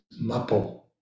mapo